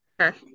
Sure